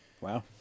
Wow